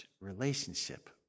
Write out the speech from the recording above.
relationship